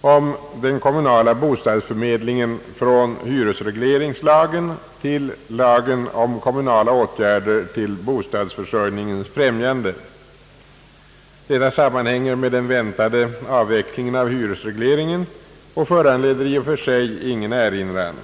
om den kommunala bostadsförmedlingen från hyresregle ringslagen till lagen om kommunala åtgärder till bostadsförsörjningens främjande. Deita sammanhänger med den väntade avvecklingen av hyresregleringen och föranleder i och för sig ingen erinran.